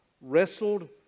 wrestled